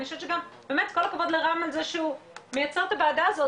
חושבת שגם באמת כל הכבוד לרם על זה מייצר את הועדה הזו,